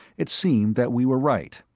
it seemed that we were right.